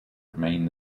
remained